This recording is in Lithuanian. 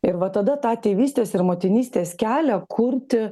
ir va tada tą tėvystės ir motinystės kelią kurti